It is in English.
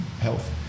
health